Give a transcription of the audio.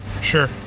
Sure